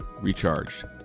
Recharged